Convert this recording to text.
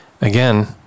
again